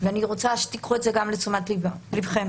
ואני רוצה שתיקחו את זה גם לתשומת לבכם